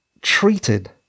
treated